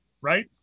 right